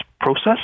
process